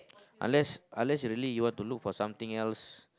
unless unless you really want to look for something else